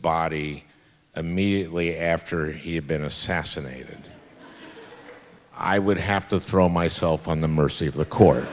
body immediately after he had been assassinated i would have to throw myself on the mercy of the court